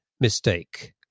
mistake